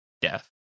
death